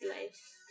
life